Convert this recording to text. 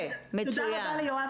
אבל צריך לדעת שהן גדולות.